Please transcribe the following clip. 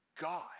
God